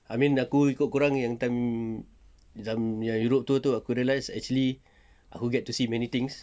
I mean aku ikut korang yang time europe tour aku realise actually aku get to see many things